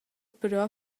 però